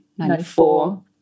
1994